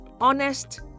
honest